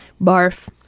Barf